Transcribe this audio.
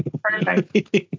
Perfect